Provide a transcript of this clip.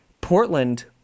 Portland